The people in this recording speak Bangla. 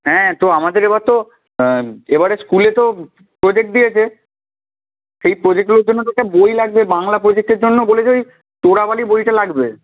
হ্যাঁ তো আমাদের এবার তো এবারে স্কুলে তো প্রোজেক্ট দিয়েছে সেই প্রোজেক্টগুলোর জন্য তো একটা বই লাগবে বাংলা প্রোজেক্টের জন্য বলেছে ওই চোরাবালি বইটা লাগবে